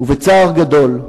ובצער גדול,